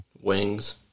Wings